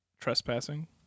Trespassing